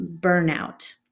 burnout